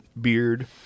beard